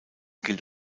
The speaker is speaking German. gilt